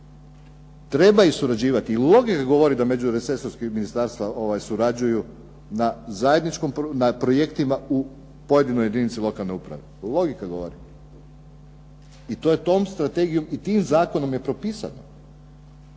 trebaju surađivati, logika govori da međuresurski ministarstva surađuju na zajedničkom na projektima u pojedinim jedinicama lokalne samouprave, i to je tom Strategijom i tim Zakonom je propisano.